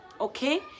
okay